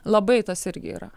labai tas irgi yra